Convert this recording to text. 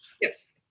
Yes